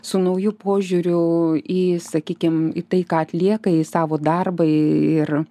su nauju požiūriu į sakykim į tai ką atlieka į savo darbą ir